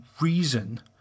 reason